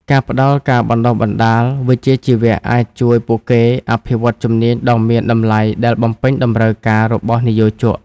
ការផ្តល់ការបណ្ដុះបណ្ដាលវិជ្ជាជីវៈអាចជួយពួកគេអភិវឌ្ឍជំនាញដ៏មានតម្លៃដែលបំពេញតម្រូវការរបស់និយោជក។